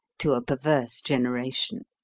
to a perverse generation.